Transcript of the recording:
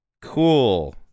cool